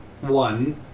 one